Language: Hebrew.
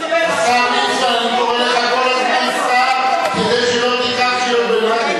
יקבלו אלה שהתחתנו קודם, ונחשו מי התחתן קודם.